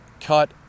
cut